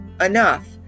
enough